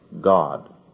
God